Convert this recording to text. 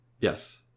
Yes